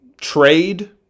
trade